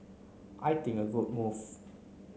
I think a good move